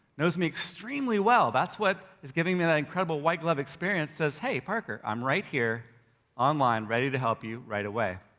knows me extremely well, that's what is giving me that incredible white glove experience, says, hey, parker, i'm right here online ready to help you right away.